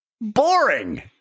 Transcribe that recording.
boring